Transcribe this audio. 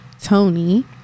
Tony